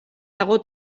dago